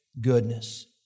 goodness